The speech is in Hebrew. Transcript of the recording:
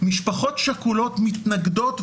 ומשפחות שכולות מתנגדות,